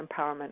empowerment